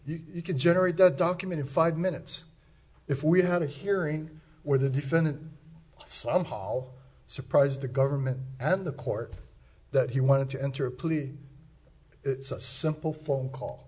you can generate the document in five minutes if we had a hearing where the defendant some hall surprised the government and the court that he wanted to enter a plea it's a simple phone call